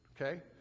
Okay